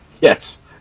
Yes